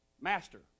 Master